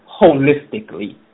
holistically